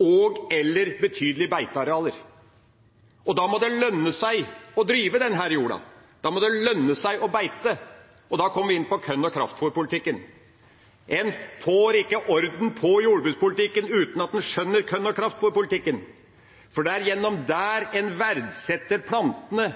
og/eller betydelige beitearealer. Da må det lønne seg å drive denne jorda, da må det lønne seg å ha beitearealer – og da kommer vi inn på korn- og kraftfôrpolitikken. En får ikke orden på jordbrukspolitikken uten at en skjønner korn- og kraftfôrpolitikken, for det er gjennom den en verdsetter plantene.